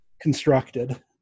constructed